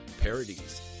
parodies